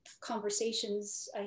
conversations